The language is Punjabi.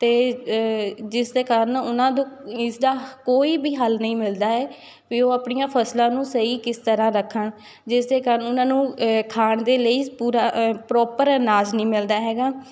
ਅਤੇ ਜਿਸ ਦੇ ਕਾਰਨ ਉਹਨਾਂ ਦ ਇਸ ਦਾ ਕੋਈ ਵੀ ਹੱਲ ਨਹੀਂ ਮਿਲਦਾ ਹੈ ਵੀ ਉਹ ਆਪਣੀਆਂ ਫਸਲਾਂ ਨੂੰ ਸਹੀ ਕਿਸ ਤਰ੍ਹਾਂ ਰੱਖਣ ਜਿਸ ਦੇ ਕਾਰਨ ਉਹਨਾਂ ਨੂੰ ਖਾਣ ਦੇ ਲਈ ਪੂਰਾ ਪ੍ਰੋਪਰ ਅਨਾਜ ਨਹੀਂ ਮਿਲਦਾ ਹੈਗਾ